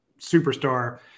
superstar